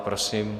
Prosím.